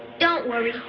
don't worry.